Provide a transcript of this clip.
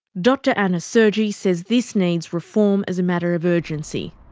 dr anna sergi says this needs reform as a matter of urgency.